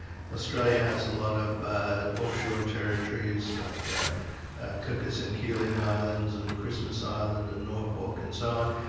australia has a lot of offshore territories like ah cocos and keeling islands, and christmas island, and norfolk and so on.